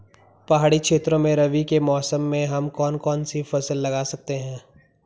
पहाड़ी क्षेत्रों में रबी के मौसम में हम कौन कौन सी फसल लगा सकते हैं?